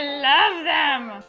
love them!